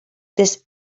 this